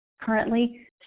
Currently